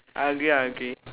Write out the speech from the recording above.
I agree I agree